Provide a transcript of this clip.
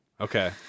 Okay